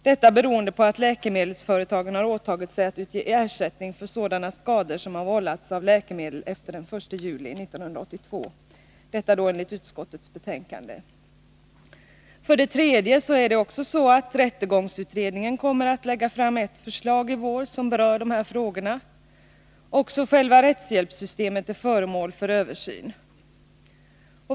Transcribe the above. Detta beror på att läkemedelsföretagen har åtagit sig att utge ersättning för sådana skador som har vållats av läkemedel efter den 1 juli 1982 — detta enligt utskottets betänkande. För det tredje kommer rättegångsutredningen i vår att lägga fram ett förslag, som berör dessa frågor. Också själva rättshjälpssystemet är föremål för översyn.